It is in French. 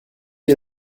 est